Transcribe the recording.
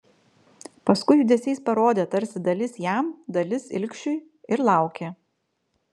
paskui judesiais parodė tarsi dalis jam dalis ilgšiui ir laukė